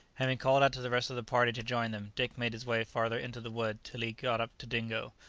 having called out to the rest of the party to join them, dick made his way farther into the wood till he got up to dingo,